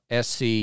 SC